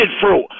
fruit